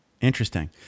Interesting